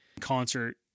concert